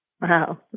Wow